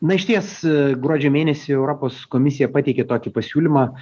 na išties gruodžio mėnesį europos komisija pateikė tokį pasiūlymą